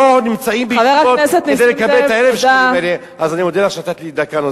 נמצאים בישיבות כדי לקבל את 1,000 השקלים האלה.